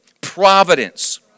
Providence